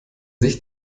sich